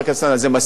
צריך עוד?